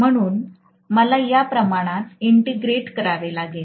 म्हणून मला या प्रमाणात इंटिग्रेट करावे लागेल